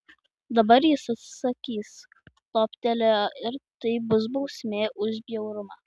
dabar jis atsisakys toptelėjo ir tai bus bausmė už bjaurumą